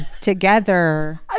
together